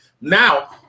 Now-